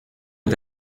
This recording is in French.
est